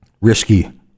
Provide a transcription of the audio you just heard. Risky